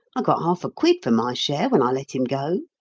i got half a quid for my share when i let him go.